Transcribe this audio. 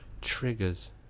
triggers